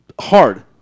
hard